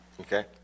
Okay